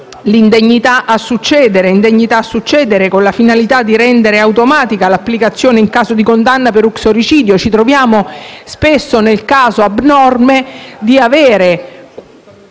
che prevede l'indegnità a succedere, con la finalità di rendere automatica l'applicazione in caso di condanna per uxoricidio: ci troviamo spesso nel caso abnorme in